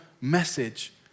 message